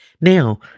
Now